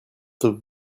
the